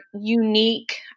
unique